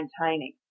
maintaining